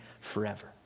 forever